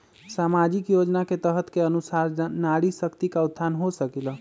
सामाजिक योजना के तहत के अनुशार नारी शकति का उत्थान हो सकील?